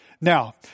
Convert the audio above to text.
Now